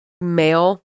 male